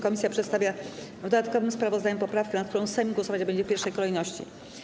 Komisja przedstawia w dodatkowym sprawozdaniu poprawkę, nad którą Sejm głosować będzie w pierwszej kolejności.